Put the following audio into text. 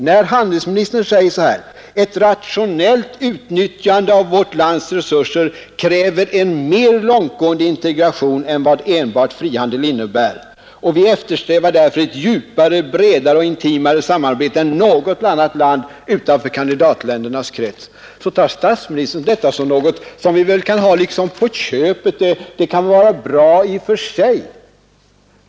När handelsministern framhåller att ett rationellt utnyttjande av vårt lands resurser kräver en mer långtgående integration än vad enbart frihandel innebär och att vi därför eftersträvar ett djupare, bredare och intimare samarbete än något annat land utanför kandidatländernas krets, tar statsministern detta som något vi liksom får på köpet, som kan vara bra i och för sig.